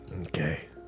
Okay